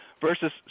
versus